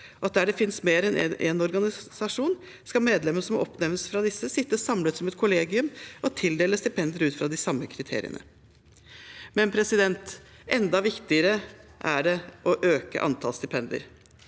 der det finnes mer enn én organisasjon, skal medlemmer som oppnevnes fra disse, sitte samlet som et kollegium og tildele stipender ut fra de samme kriteriene. Enda viktigere er det å øke antall stipender.